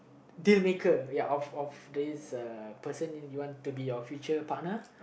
deal maker ya of of this uh person that you want to be your future partner